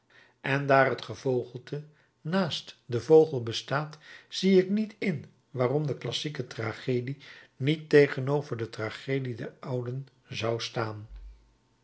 en daar het gevogelte naast den vogel bestaat zie ik niet in waarom de classieke tragedie niet tegenover de tragedie der ouden zou staan